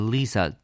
Lisa